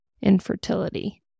infertility